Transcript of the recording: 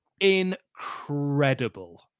incredible